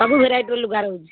ସବୁ ଭେରାଇଟିର ଲୁଗା ରହୁଛି